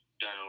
done